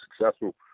successful